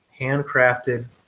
handcrafted